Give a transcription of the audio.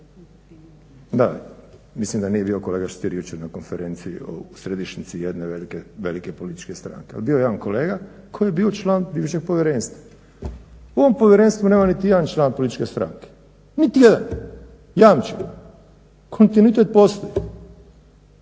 Da, mislim da nije bio kolega Stier jučer na konferenciji u središnjici jedne velike političke stranke, ali je bio jedan kolega koji je bio član bivšeg povjerenstva. U ovom povjerenstvu nema niti jedan član političke stranke, niti jedan. Jamčim, kontinuitet postoji.